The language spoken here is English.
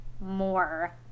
more